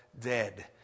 dead